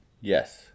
Yes